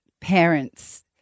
parents